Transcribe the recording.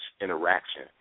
interaction